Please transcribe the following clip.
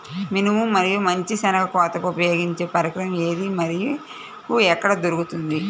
మినుము మరియు మంచి శెనగ కోతకు ఉపయోగించే పరికరం ఏది మరియు ఎక్కడ దొరుకుతుంది?